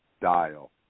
dial